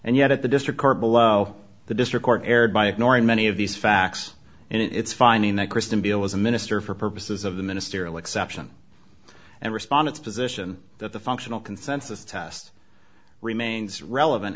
and yet at the district court below the district court erred by ignoring many of these facts and its finding that kristen bell was a minister for purposes of the ministerial exception and respondents position that the functional consensus test remains relevant